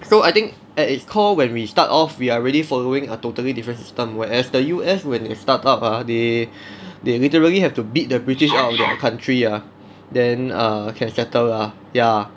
so I think at its core when we start off we are already following a totally different system whereas the U_S when they start up ah they they literally have to beat the british out of their country ah then err can settle lah ya